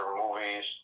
movies